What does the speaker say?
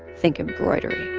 think embroidery.